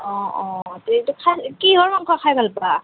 অ অ কিহৰ মাংস খাই ভাল পোৱা